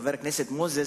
חבר הכנסת מוזס,